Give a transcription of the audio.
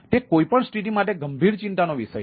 તેથી તે કોઈ પણ સ્થિતિ માટે ગંભીર ચિંતાનો વિષય છે